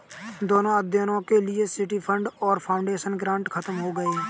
दोनों अध्ययनों के लिए सिटी फंड और फाउंडेशन ग्रांट खत्म हो गए हैं